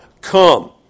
come